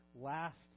last